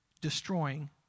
destroying